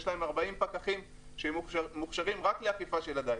יש להם 40 פקחים שמוכשרים רק לאכיפה של הדיג.